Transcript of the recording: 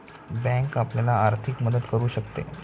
bank आपल्याला आर्थिक मदत करू शकते